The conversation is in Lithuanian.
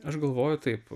aš galvoju taip